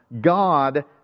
God